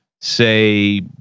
say